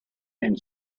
and